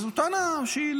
זאת טענה לגיטימית.